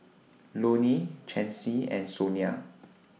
Lonny Chancey and Sonia